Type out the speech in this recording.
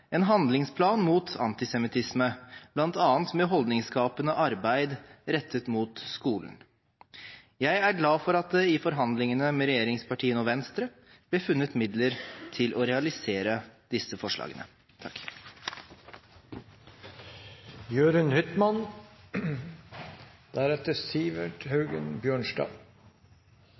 en handlingsplan mot antisemittisme, bl.a. med holdningsskapende arbeid rettet mot skolen. Jeg er glad for at det i forhandlingene med regjeringspartiene og Venstre ble funnet midler til å realisere disse forslagene.